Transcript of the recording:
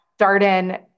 Darden